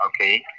Okay